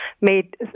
made